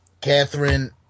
Catherine